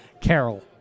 Carol